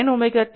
આમ તે 13